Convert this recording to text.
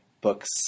books